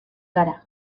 gara